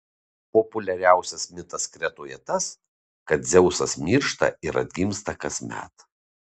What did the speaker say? populiariausias mitas kretoje tas kad dzeusas miršta ir atgimsta kasmet